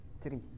Three